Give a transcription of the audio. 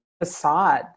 facade